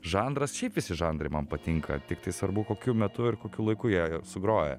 žanras šiaip visi žanrai man patinka tiktai svarbu kokiu metu ir kokiu laiku jie sugroja